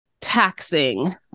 taxing